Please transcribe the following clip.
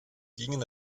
gingen